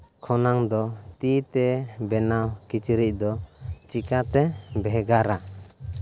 ᱠᱷᱚᱱᱟᱜ ᱫᱚ ᱛᱤᱛᱮ ᱵᱮᱱᱟᱣ ᱠᱤᱪᱨᱤᱡ ᱫᱚ ᱪᱤᱠᱟᱹᱛᱮ ᱵᱷᱮᱜᱟᱨᱟ